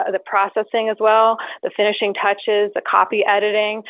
ah the processing as well. the finishing touches, the copy editing.